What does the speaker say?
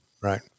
right